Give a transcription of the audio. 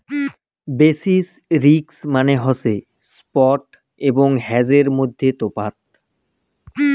basis risk মানে হসে spot এবং হেজের মইধ্যে তফাৎ